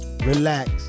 relax